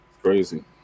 Crazy